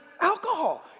alcohol